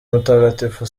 mutagatifu